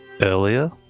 earlier